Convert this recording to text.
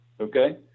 Okay